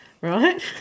right